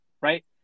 right